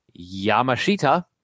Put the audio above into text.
Yamashita